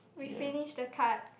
we finish the card